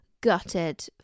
gutted